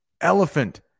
Elephant